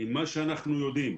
עם מה שאנחנו יודעים,